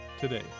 today